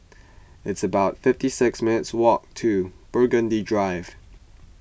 it's about fifty six minutes' walk to Burgundy Drive